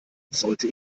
sollte